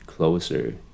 closer